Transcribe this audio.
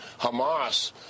Hamas